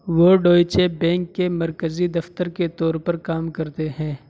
وہ Deutsche bank کے مرکزی دفتر کے طور پر کام کرتے ہیں